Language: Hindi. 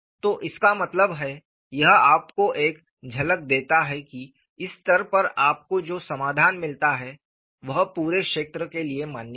तो इसका मतलब है यह आपको एक झलक देता है कि इस स्तर पर आपको जो समाधान मिलता है वह पूरे क्षेत्र के लिए मान्य है